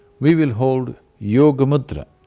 we will hold yoga mudra.